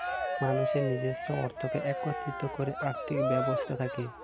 মানুষের নিজস্ব অর্থকে একত্রিত করে আর্থিক ব্যবস্থা থাকে